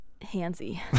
handsy